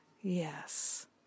Yes